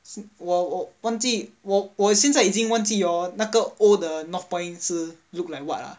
是我我忘记我我现在已经忘记有那个 old northpoint look like what ah